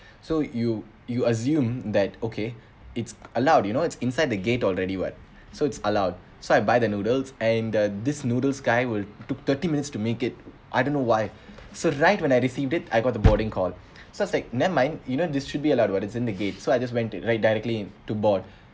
so you you assumed that okay it's allowed you know it's inside the gate already what so it's allowed so I buy the noodles and the this noodles guy will took thirty minutes to make it I don't know why so right when I received it I got the boarding call so I was like never mind you don't dispute what I was inside the gate so I just went to like directly to board